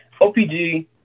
OPG